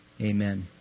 Amen